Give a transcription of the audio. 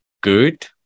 good